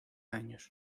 años